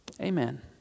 Amen